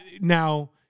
Now